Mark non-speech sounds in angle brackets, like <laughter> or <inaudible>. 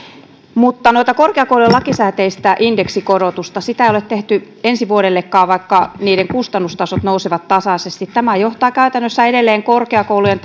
korkeakoulujen lakisääteistä indeksikorotusta ei ole tehty ensi vuodellekaan vaikka niiden kustannustasot nousevat tasaisesti tämä johtaa käytännössä edelleen korkeakoulujen <unintelligible>